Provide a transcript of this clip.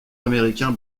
américain